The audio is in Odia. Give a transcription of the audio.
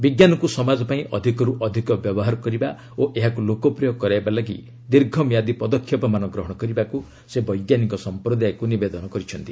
ବିଜ୍ଞାନକୁ ସମାଜ ପାଇଁ ଅଧିକର୍ତ୍ତ ଅଧିକ ବ୍ୟବହାର କରିବା ଓ ଏହାକୁ ଲୋକପ୍ରିୟ କରାଇବା ଲାଗି ଦୀର୍ଘ ମିଆଦି ପଦକ୍ଷେପମାନ ଗ୍ରହଣ କରିବାକୁ ସେ ବୈଜ୍ଞାନିକ ସମ୍ପ୍ରଦାୟକୁ ନିବେଦନ କରିଛନ୍ତି